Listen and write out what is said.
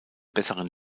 besseren